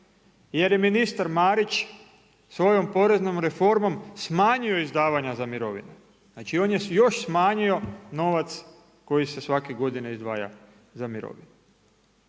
im je ministar Marić svojom poreznom reformom, smanjio izdavanja za mirovine, znači on je još smanjio novac koji se svake godine izdvaja za mirovine.